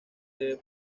debe